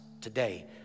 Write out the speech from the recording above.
today